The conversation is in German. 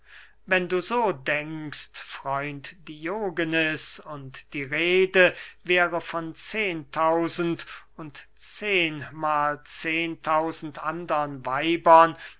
wenn du so denkst freund diogenes und die rede wäre von zehen tausend und zehnmahl zehen tausend andern weibern